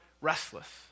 restless